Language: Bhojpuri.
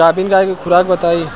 गाभिन गाय के खुराक बताई?